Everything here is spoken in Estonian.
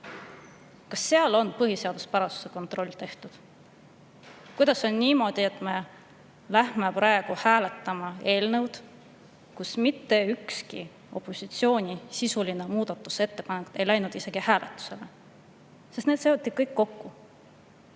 Kas seal on põhiseaduspärasuse kontroll tehtud? Kuidas ikkagi niimoodi, et me hakkame praegu hääletama eelnõu, mille puhul mitte ükski opositsiooni sisuline muudatusettepanek ei läinud isegi hääletusele, sest need seoti kõik kokku?